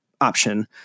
option